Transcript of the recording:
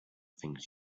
things